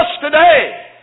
today